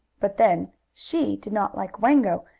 but then she did not like wango,